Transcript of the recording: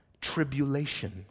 tribulation